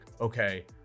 okay